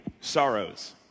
sorrows